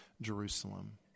Jerusalem